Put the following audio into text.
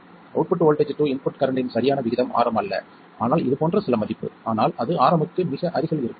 output voltage to input கரண்ட்டின் சரியான விகிதம் Rm அல்ல ஆனால் இது போன்ற சில மதிப்பு ஆனால் அது Rm க்கு மிக அருகில் இருக்கும்